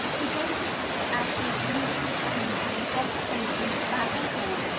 he gave it as his deliberate opinion, in conversation with basil hall,